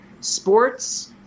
sports